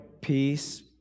peace